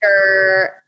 sure